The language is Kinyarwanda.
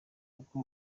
kuko